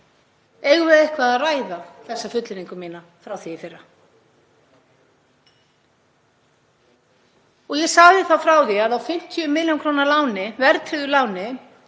Eigum við eitthvað að ræða þessa fullyrðingu mína frá því í fyrra? Ég sagði þá frá því að á 50 millj. kr. verðtryggðu láni